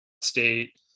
State